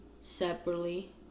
separately